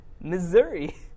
Missouri